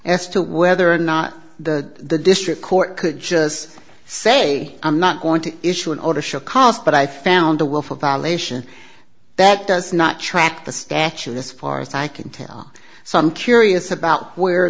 as to whether or not the the district court could just say i'm not going to issue an order should cost but i found a willful violation that does not track the statute this far as i can tell some curious about where